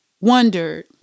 wondered